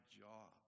job